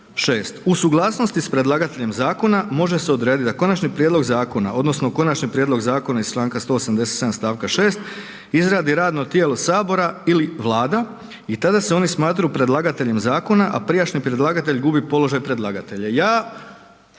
U suglasnosti s predlagateljem zakona može se odrediti da konačni prijedlog zakona odnosno konačni prijedlog zakona iz Članka 187. stavka 6. izradi radno tijelo sabora ili vlada i tada se oni smatraju predlagateljem zakona, a prijašnji predlagatelj gubi položaj predlagatelja.“.